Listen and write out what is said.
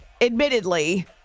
admittedly